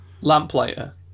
Lamplighter